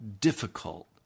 difficult